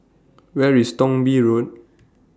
Where IS Thong Bee Road